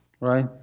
right